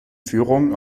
führungen